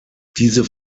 diese